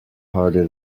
harder